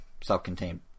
self-contained